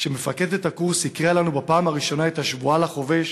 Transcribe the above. כשמפקדת הקורס הקריאה לנו בפעם הראשונה את השבועה לחובש,